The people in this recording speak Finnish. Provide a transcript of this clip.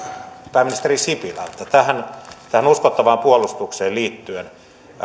pääministeri sipilältä tähän uskottavaan puolustukseen liittyen